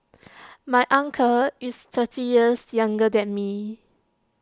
my uncle is thirty years younger than me